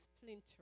splinter